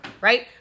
Right